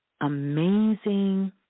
amazing